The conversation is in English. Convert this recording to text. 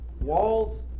Walls